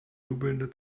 jubelnde